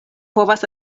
povas